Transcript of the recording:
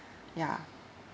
ya